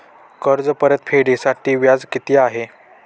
कर्ज परतफेडीसाठी व्याज किती आहे?